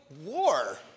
war